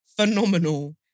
phenomenal